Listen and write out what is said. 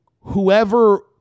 whoever